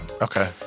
Okay